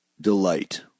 delight